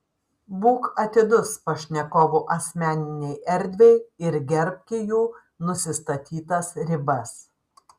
būk atidus pašnekovų asmeninei erdvei ir gerbki jų nusistatytas ribas